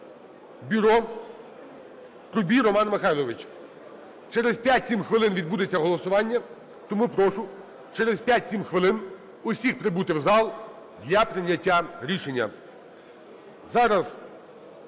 бюро Трубі Роману Михайловичу. Через 5-7 хвилин відбудеться голосування, тому прошу через 5-7 хвилин всіх прибути в зал для прийняття рішення.